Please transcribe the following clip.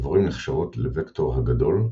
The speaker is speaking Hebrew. הדבורים נחשבות לווקטור הגדול,